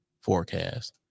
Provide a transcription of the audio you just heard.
forecast